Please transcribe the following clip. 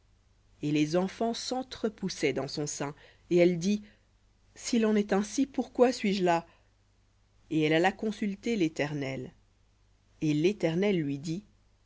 et les enfants s'entrepoussaient dans son sein et elle dit s'il en est ainsi pourquoi suis-je là et elle alla consulter léternel et l'éternel lui dit